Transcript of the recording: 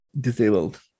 disabled